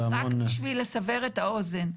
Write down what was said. רק בשביל לסבר את האוזן.